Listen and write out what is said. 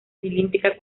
cilíndrica